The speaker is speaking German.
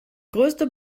größte